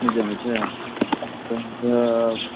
नहि जमै छै तखन तऽ